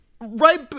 right